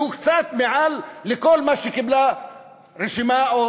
שהוא קצת מעל לכל מה שקיבלה רשימה או